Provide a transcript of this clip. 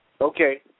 Okay